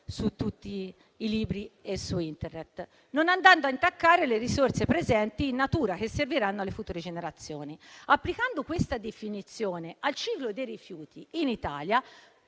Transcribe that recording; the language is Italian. su tutti i libri e su Internet), non andando a intaccare le risorse presenti in natura, che serviranno alle future generazioni. Applicando questa definizione al ciclo dei rifiuti in Italia,